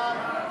ההצעה